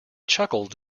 chuckled